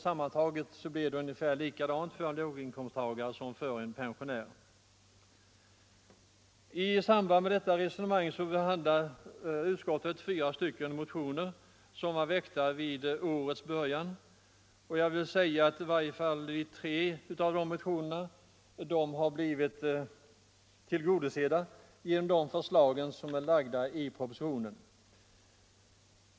Sammantaget blir det ungefär likadant för låginkomsttagaren som för en pensionär. I samband med detta resonemang behandlar utskottet fyra motioner, som väcktes vid årets början. Kraven i åtminstone tre av motionerna har blivit tillgodosedda genom förslag som framlagts i propositionen.